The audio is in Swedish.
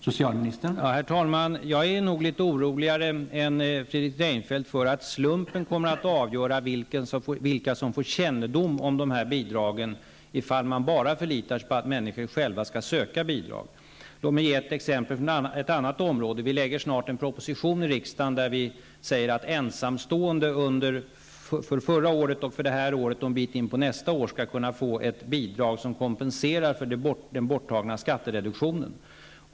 Herr talman! Jag är nog litet oroligare än Fredrik Reinfeldt för att slumpen kommer att avgöra vilka som får kännedom om dessa bidrag, ifall man bara förlitar sig till att människor själva skall söka bidrag. Låt mig ge ett exempel från ett annat område. Vi lägger snart fram en proposition till riksdagen om att ensamstående skall kunna få ett bidrag för förra året, detta år och en bit av nästa år, som kompensation för den borttagna skattereduktionen.